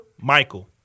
Michael